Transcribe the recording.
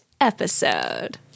episode